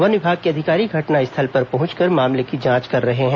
one विभाग के अधिकारी घटनास्थल पर पहंचकर मामले की जांच कर रहे हैं